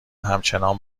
همچنان